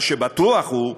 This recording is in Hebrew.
מה שבטוח הוא,